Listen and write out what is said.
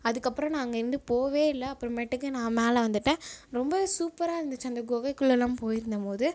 அதுக்கப்புறம் நான் அங்கேருந்து போகவே இல்லை அப்புறமேட்டுக்கு நான் மேலே வந்துவிட்டேன் ரொம்ப சூப்பராக இருந்துச்சு அந்த குகைக்குள்ளலாம் போயிருந்த போது